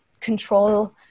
control